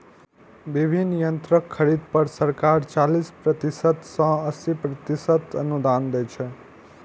विभिन्न यंत्रक खरीद पर सरकार चालीस प्रतिशत सं अस्सी प्रतिशत अनुदान दै छै